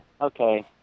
okay